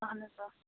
اہن حظ آ